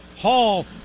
Hall